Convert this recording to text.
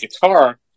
guitar